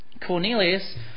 Cornelius